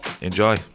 Enjoy